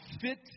fit